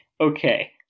okay